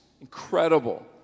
Incredible